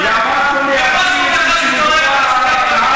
למה אתה מסית עם השקרים האלה?